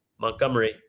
Montgomery